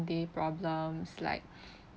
day problems like